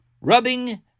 rubbing